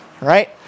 right